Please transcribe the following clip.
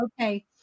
okay